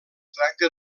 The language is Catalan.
tracta